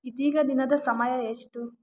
ಇದೀಗ ದಿನದ ಸಮಯ ಎಷ್ಟು